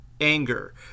anger